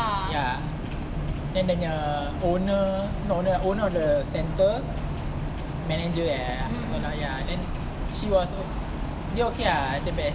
ya then dia nya owner own~ owner of the centre manager ya tak tahu lah ya then she was o~ okay lah the best